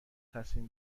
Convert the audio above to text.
تصمیم